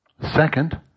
Second